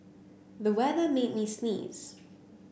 the weather made me sneeze